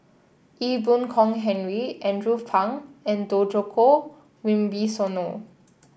Ee Boon Kong Henry Andrew Phang and Djoko Wibisono